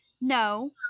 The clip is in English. No